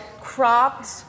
cropped